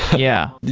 yeah.